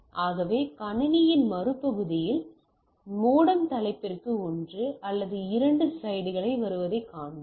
ஆகவே கணினியின் மறு பகுதியில் மோடம் தலைப்பிற்கு ஒன்று அல்லது இரண்டு ஸ்லைடுகள் வருவதைக் காண்போம்